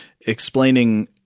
explaining –